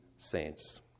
saints